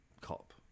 cop